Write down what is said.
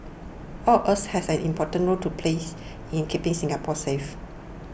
all of us have an important role to plays in keeping Singapore safe